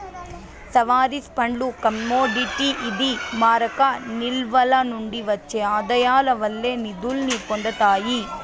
sovereign ఫండ్లు commodity ఇది మారక నిల్వల నుండి ఒచ్చే ఆదాయాల వల్లే నిదుల్ని పొందతాయి